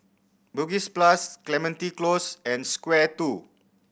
Bugis Plus Clementi Close and Square Two